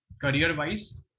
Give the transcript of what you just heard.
career-wise